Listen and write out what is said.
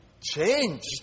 changed